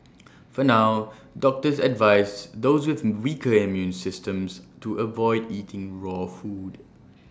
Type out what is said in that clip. for now doctors advise those with weaker immune systems to avoid eating raw food